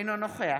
אינו נוכח